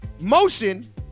motion